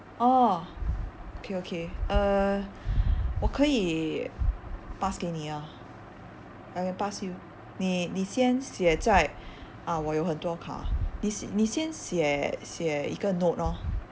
oh okay okay uh 我可以 pass 给你 ah I can pass you 你你先写在我有很多卡你你先写写一个:ni ni xian xie zai wo you hen deo ka ni ni xian xie xie yi ge note orh